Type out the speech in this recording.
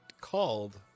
called